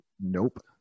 Nope